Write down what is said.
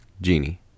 Genie